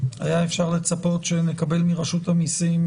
היה אפשר לצפות שנקבל מרשות המיסים